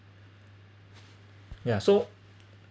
ya so